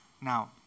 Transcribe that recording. Now